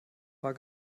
war